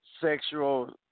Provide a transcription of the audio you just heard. sexual